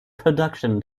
production